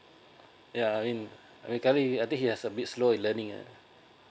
ya I mean I mean currently I think he has a bit slow in learning ah